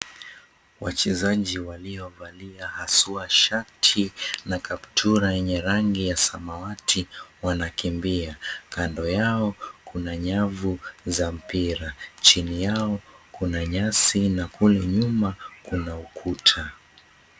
Wachezaji waliovalia haswaa shati na kaptura yenye rangi ya samawati wanakimbia. Kando yao kuna nyavu za mpira. Chini yao kuna nyasi na kule nyuma kuna ukuta.